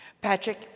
patrick